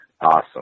Awesome